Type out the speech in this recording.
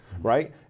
Right